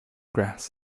grass